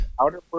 Outer